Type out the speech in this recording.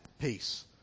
peace